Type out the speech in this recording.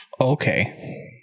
Okay